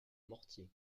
mortier